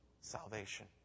salvation